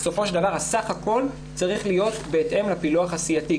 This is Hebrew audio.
בסופו של דבר הסך הכול צריך להיות בהתאם לפילוח הסיעתי,